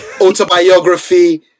autobiography